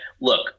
look